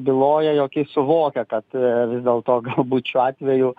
byloja jog jis suvokia kad vis dėlto galbūt šiuo atveju